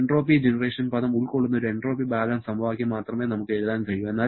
ഈ entropy generation പദം ഉൾക്കൊള്ളുന്ന ഒരു എൻട്രോപ്പി ബാലൻസ് സമവാക്യം മാത്രമേ നമുക്ക് എഴുതാൻ കഴിയൂ